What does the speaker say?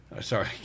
sorry